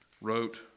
wrote